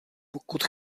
pokud